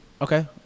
Okay